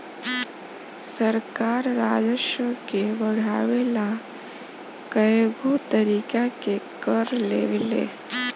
सरकार राजस्व के बढ़ावे ला कएगो तरीका के कर लेवेला